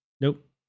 Nope